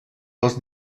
dels